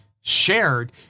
shared